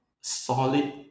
solid